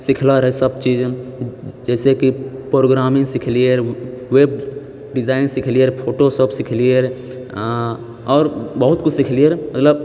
सिखलो रहै सबचीज जैसेकी प्रोग्रामिंग सिखलियैरऽ वेभ डिजाइनिंग सिखलियैरऽफोटोशॉप सिखलियैरऽ आओर बहुत किछु सिखलियैरऽ मतलब